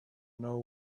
know